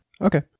Okay